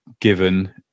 given